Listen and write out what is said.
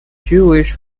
jewish